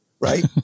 right